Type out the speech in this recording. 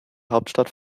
hauptstadt